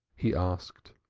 he asked.